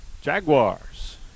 jaguars